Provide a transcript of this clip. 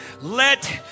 Let